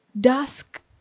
dusk